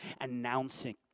announcing